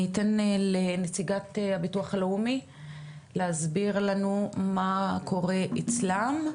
אני אתן לנציגת המוסד לביטוח לאומי להסביר לנו מה קורה אצלם.